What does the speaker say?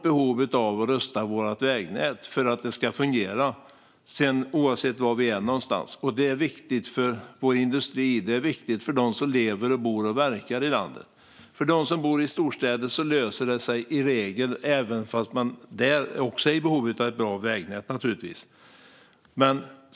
Behovet av att rusta vårt vägnät är enormt, oavsett var vi är. Det är viktigt för vår industri och för dem som lever, bor och verkar i landet. För dem som bor i storstäder löser det sig i regel, även om man givetvis också där är i behov av ett bra vägnät.